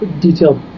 detailed